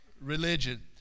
religion